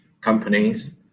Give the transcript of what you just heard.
companies